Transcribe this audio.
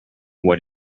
what